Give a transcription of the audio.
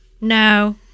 No